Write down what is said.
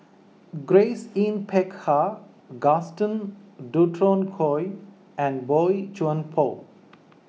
Grace Yin Peck Ha Gaston Dutronquoy and Boey Chuan Poh